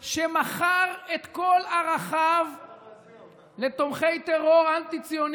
עומד בן אדם שמכר את כל ערכיו לתומכי טרור אנטי-ציונים